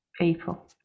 People